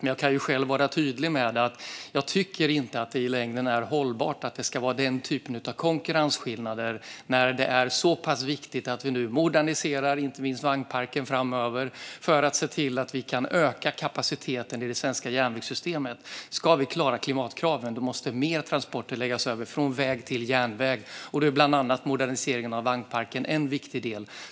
Men jag kan vara tydlig med att jag själv inte tycker att det i längden är hållbart med sådana konkurrensskillnader. Det är så viktigt att vi framöver moderniserar inte minst vagnparken för att se till att öka kapaciteten i det svenska järnvägssystemet. Om vi ska klara klimatkraven måste fler transporter läggas över från väg till järnväg. Då är bland annat moderniseringen av vagnparken en viktig del.